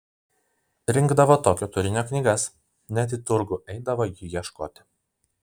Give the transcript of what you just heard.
rinkdavo tokio turinio knygas net į turgų eidavo jų ieškoti